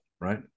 Right